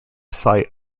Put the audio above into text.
site